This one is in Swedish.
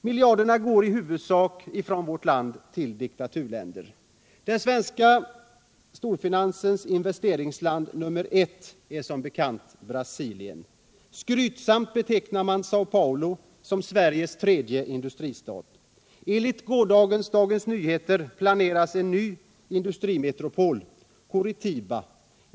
Miljarderna går i huvudsak till diktaturländer. Den svenska storfinansens investeringsland nummer ett är som bekant Brasilien. Skrytsamt betecknar man Säo Paolo som Sveriges tredje industristad. Enligt gårdagens DN planeras en ny industrimetropol — Curitiba.